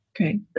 Okay